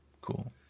cool